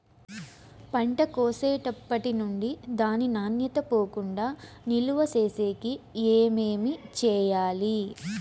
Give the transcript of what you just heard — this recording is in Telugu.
పంట కోసేటప్పటినుండి దాని నాణ్యత పోకుండా నిలువ సేసేకి ఏమేమి చేయాలి?